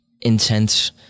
intense